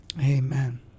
Amen